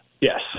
yes